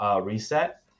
reset